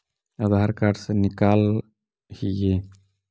आधार card से निकाल हिऐ?